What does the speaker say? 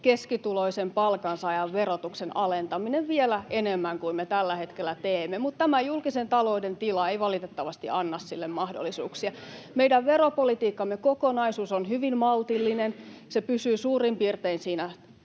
keskituloisen palkansaajan verotuksen alentaminen vielä enemmän kuin me tällä hetkellä teemme, mutta tämä julkisen talouden tila ei valitettavasti anna sille mahdollisuuksia. Meidän veropolitiikkamme kokonaisuus on hyvin maltillinen. Se pysyy suurin piirtein siinä